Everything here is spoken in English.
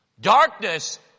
Darkness